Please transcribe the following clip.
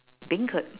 beancurd